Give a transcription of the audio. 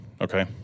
okay